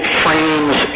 frames